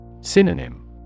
Synonym